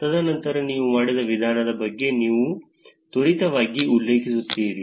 ತದನಂತರ ನೀವು ಮಾಡಿದ ವಿಧಾನದ ಬಗ್ಗೆ ನೀವು ತ್ವರಿತವಾಗಿ ಉಲ್ಲೇಖಿಸುತ್ತೀರಿ